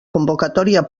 convocatòria